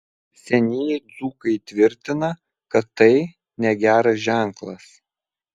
senieji dzūkai tvirtina kad tai negeras ženklas